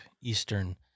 Eastern